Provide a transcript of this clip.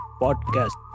podcast